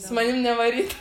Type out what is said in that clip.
su manim nevarytum